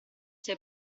sia